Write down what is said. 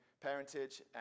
parentage